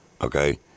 Okay